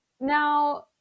now